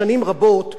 אדוני שר המשפטים,